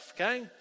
okay